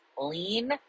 lean